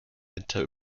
winter